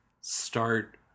start